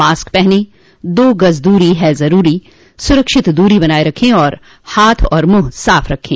mask पहनें दो गज़ दूरी है ज़रूरी सुरक्षित दूरी बनाए रखें हाथ और मुंह साफ़ रखें